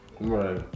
Right